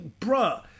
bruh